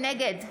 נגד